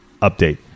update